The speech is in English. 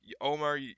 omar